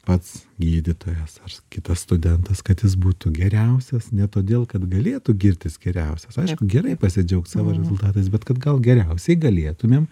pats gydytojas ar kitas studentas kad jis būtų geriausias ne todėl kad galėtų girtis geriausias aišku gerai pasidžiaugt savo rezultatais bet kad gal geriausiai galėtumėm